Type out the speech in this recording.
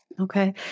Okay